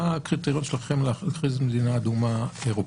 מה הקריטריון שלכם להכריז על מדינה אירופאית